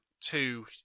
Two